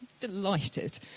Delighted